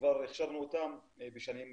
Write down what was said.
שכבר הכשרנו אותם בשנים קודמות.